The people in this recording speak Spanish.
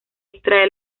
extraer